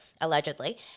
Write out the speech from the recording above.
allegedly